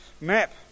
map